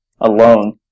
alone